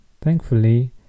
Thankfully